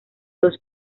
dos